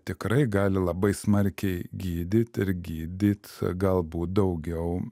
tikrai gali labai smarkiai gydyt ir gydyt galbūt daugiau